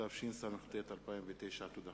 התשס"ט 2009, של חבר הכנסת דוד רותם, פ/1464/18.